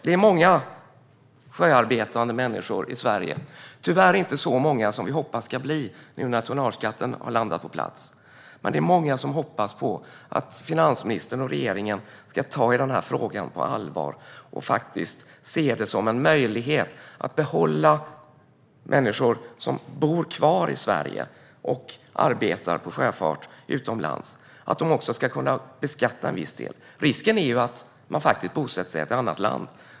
Det är många sjöarbetande människor i Sverige, tyvärr inte så många som vi hoppas att det ska bli när tonnageskatten har kommit på plats. Men det är många som hoppas på att finansministern och regeringen ska ta tag i den här frågan på allvar och se det som en möjlighet att till viss del beskatta människor som bor kvar i Sverige och arbetar i sjöfart utomlands. Risken är att man bosätter sig i ett annat land.